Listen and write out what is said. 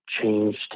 changed